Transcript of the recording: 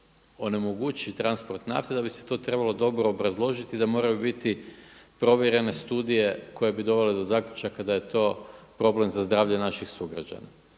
onemogući transport nafte da bi se to trebalo dobro obrazložiti i da moraju bit provjerene studije koje bi dovele do zaključaka da je to problem za zdravlje naših sugrađana.